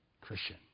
Christian